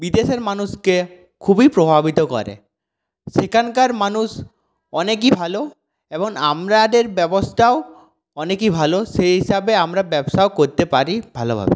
বিদেশের মানুষকে খুবই প্রভাবিত করে সেখানকার মানুষ অনেকই ভালো এবং আমাদের ব্যবস্থাও অনেকই ভালো সেই হিসাবে আমরা ব্যবসাও করতে পারি ভালোভাবে